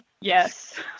Yes